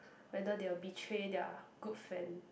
whether they will betray their good friend